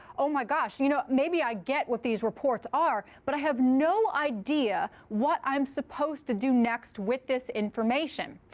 oh my gosh. you know, maybe i get what these reports are. but i have no idea what i'm supposed to do next with this information.